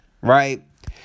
right